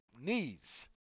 knees